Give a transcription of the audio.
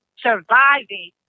surviving